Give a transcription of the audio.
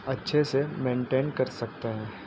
اچھے سے مینٹین کر سکتے ہیں